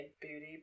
beauty